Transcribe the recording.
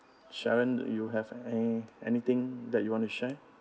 sharon you have an~ anything that you want to share